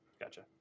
gotcha